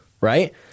right